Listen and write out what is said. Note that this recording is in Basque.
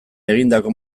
egindako